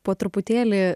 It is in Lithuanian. po truputėlį